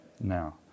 now